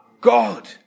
God